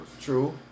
True